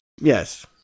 Yes